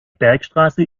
bergstraße